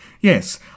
Yes